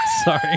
Sorry